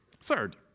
Third